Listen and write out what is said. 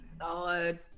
Solid